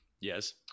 yes